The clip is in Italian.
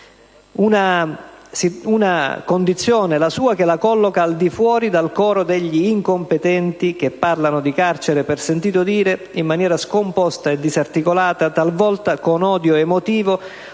Una condizione, la sua, che la colloca al di fuori dal coro degli incompetenti che parlano di carcere per sentito dire, in maniera scomposta e disarticolata, talvolta con odio emotivo